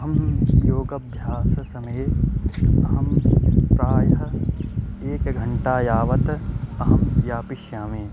अहं योगभ्यास समये अहं प्रायः एकघण्टां यावत् अहं यापयिष्यामि